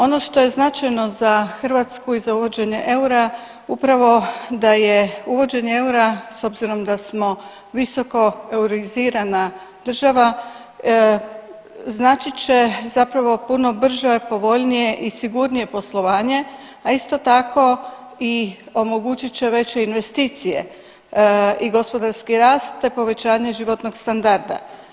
Ono što je značajno za Hrvatsku i za uvođenje eura, upravo da je uvođenje eura s obzirom da smo euroizirana država značit će zapravo puno brže, povoljnije i sigurnije poslovanje, a isto tako i omogućih će veće investicije i gospodarski rast te povećanje životnog standarda.